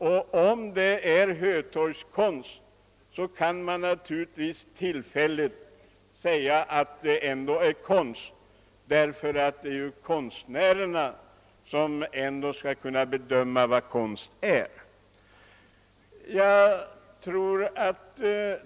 Men om detta nu är hötorgskonst, kan man givetvis ändå säga att det är konst, eftersom det ju 'är konstnärerna själva som skall bedöma vad konst är.